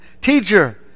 Teacher